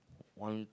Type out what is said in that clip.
one